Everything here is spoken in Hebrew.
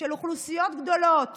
של אוכלוסיות גדולות